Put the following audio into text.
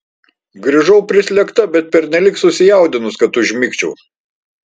grįžau prislėgta bet pernelyg susijaudinus kad užmigčiau